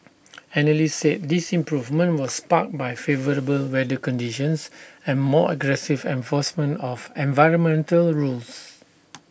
analysts said this improvement was sparked by favourable weather conditions and more aggressive enforcement of environmental rules